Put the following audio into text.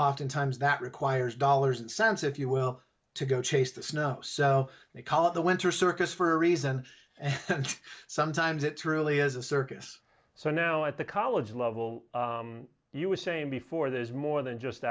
oftentimes that requires dollars and cents if you will to go chase the snow so they call it the winter circus for a reason and sometimes it truly is a circus so now at the college level you were saying before there's more than just